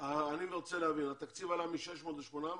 אני רוצה להבין, התקציב עלה מ-600 ל-800?